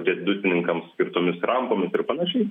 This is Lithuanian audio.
riedutininkams skirtomis rampomis ir panašiai